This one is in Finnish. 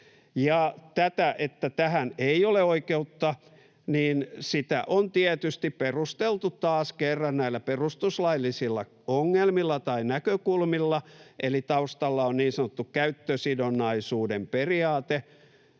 tätä, että tähän ei ole oikeutta, on tietysti perusteltu taas kerran näillä perustuslaillisilla ongelmilla tai näkökulmilla. Eli taustalla on niin sanottu käyttösidonnaisuuden periaate